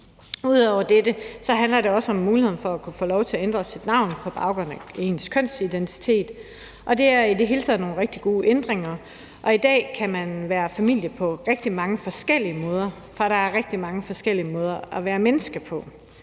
Ud over dette handler det også om muligheden for at kunne få lov til at ændre sit navn på baggrund af ens kønsidentitet, og det er i det hele taget nogle rigtig gode ændringer. I dag kan man være familie på rigtig mange forskellige måder, for der er rigtig mange forskellige måder at være menneske på,